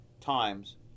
times